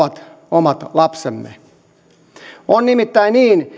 ovat omat lapsemme on nimittäin niin